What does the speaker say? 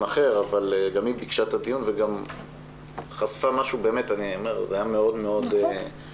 אחר אבל גם היא ביקשה את הדיון וגם חשפה משהו מאוד מאוד אישי.